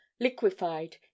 liquefied